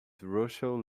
russell